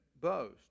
boast